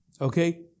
Okay